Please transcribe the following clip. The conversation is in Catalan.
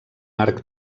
arc